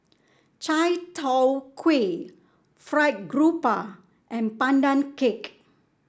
Chai Tow Kway fried grouper and Pandan Cake